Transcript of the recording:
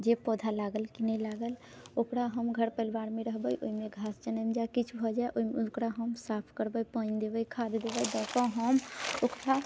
जे पौधा लागल कि नहि लागल ओकरा हम घर परिवारमे रहबै ओहिमे घास जनमि जाए किछु भऽ जाए ओकरा हम साफ करबै पानि देबै खाद देबै दऽकऽ हम ओकरा